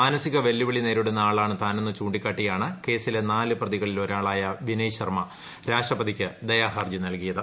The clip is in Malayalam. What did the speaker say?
മാനസിക വെല്ലുവിളി നേരിടുന്ന ആളാണ് താനെന്ന് ചൂണ്ടിക്കാട്ടിയാണ് കേസിലെ നാല് പ്രതികളിൽ വിനയ് ശർമ്മ ഒരാളായ രാഷ്ട്രപതിക്ക് ദയാഹർജി നൽകിയത്